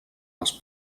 les